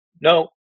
no